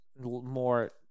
more